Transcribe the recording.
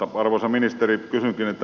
arvoisa ministeri kysynkin